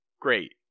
Great